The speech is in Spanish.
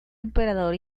emperador